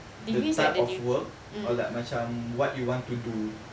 the type of work or like macam what you want to do